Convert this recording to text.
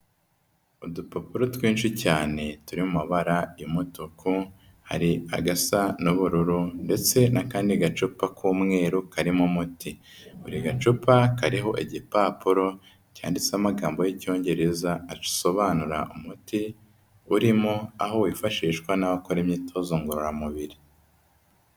Udupapuro twinshi cyane turi mu mabara y'umutuku, hari agasa n'ubururu ndetse n'akandi gacupa k'umweru karimo umuti, buri gacupa kariho igipapuro cyanditseho amagambo y'Icyongereza asobanura umuti urimo, aho wifashishwa n'abakora imyitozo ngororamubiri.